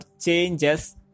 changes